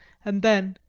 and then,